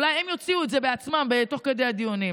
אולי הם יוציאו את זה בעצמם תוך כדי הדיונים.